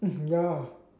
ya